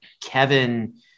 Kevin